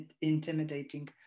intimidating